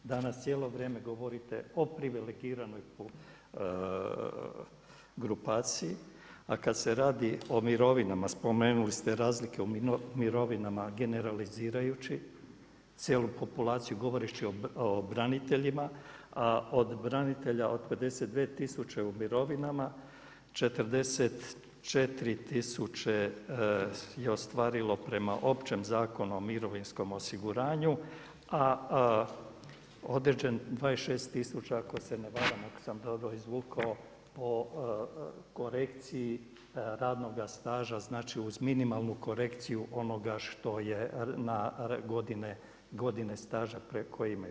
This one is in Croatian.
Danas cijelo vrijeme govorite o privilegiranoj grupaciji, a kada se radi o mirovinama, spomenuli ste razlike u mirovinama generalizirajući cijelu populaciju govoreći o braniteljima, od branitelja od 52 tisuće u mirovinama 44 tisuće je ostavilo prema općem Zakonu o mirovinskom osiguranju, a 26 tisuća ako se ne varam, ako sam dobro izvukao po korekciji radnoga staža uz minimalnu korekciju onoga što je na godine staža koje imaju.